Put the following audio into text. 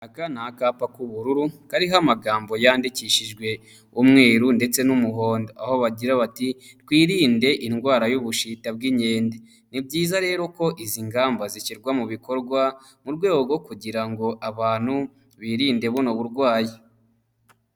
Aka ni akapa k'ubururu kariho amagambo yandikishijwe umweru ndetse n'umuhondo, aho bagira bati twirinde indwara y'ubushita bw'inkende, ni byiza rero ko izi ngamba zishyirwa mu bikorwa mu rwego rwo kugira ngo abantu birinde buno burwayi.